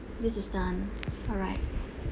this is done alright